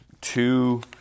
two